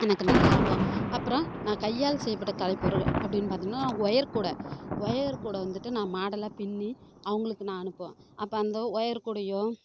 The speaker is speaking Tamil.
எனக்கு நல்லா இருக்கும் அப்புறம் நான் கையால் செய்யப்பட்ட கலைப்பொருட்கள் அப்படின்னு பார்த்தோம்னா ஒயர்கூடை ஒயர்கூடை வந்துவிட்டு நான் மாடலாக பிண்ணி அவங்களுக்கு நான் அனுப்புவேன் அப்போ அந்த ஒயர்கூடையும்